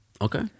Okay